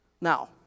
Now